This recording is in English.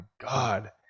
God